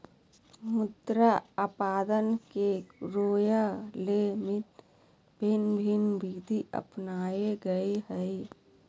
मृदा अपरदन के रोकय ले भिन्न भिन्न विधि अपनाल गेल हइ